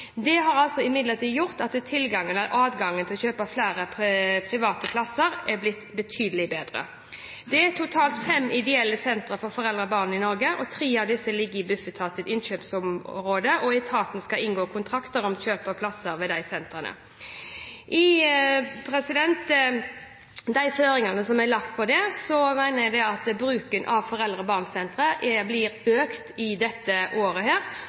gjort at adgangen til å kjøpe flere private plasser er blitt betydelig bedre. Det er totalt fem ideelle sentre for foreldre og barn i Norge. Tre av disse ligger i Bufetats innkjøpsområde, og etaten skal inngå kontrakter om kjøp av plasser ved disse sentrene. I de føringene som er lagt for det, mener jeg at bruken av foreldre og barn-sentre blir økt dette året.